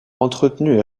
entretenus